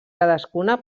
cadascuna